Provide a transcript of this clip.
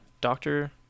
Doctor